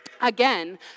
Again